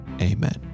Amen